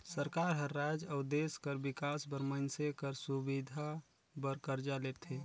सरकार हर राएज अउ देस कर बिकास बर मइनसे कर सुबिधा बर करजा लेथे